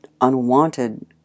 unwanted